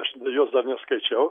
aš jos dar neskaičiau